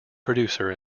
producer